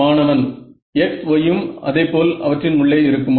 மாணவன் x y யும் அதேபோல் அவற்றின் உள்ளே இருக்குமா